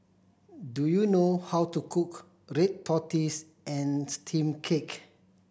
do you know how to cook red tortoise and steamed cake